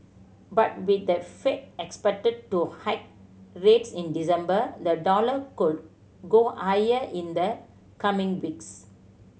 but with the Fed expected to hike rates in December the dollar could go higher in the coming weeks